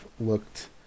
looked